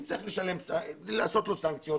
יצטרכו להטיל עליו סנקציות,